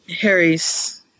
Harry's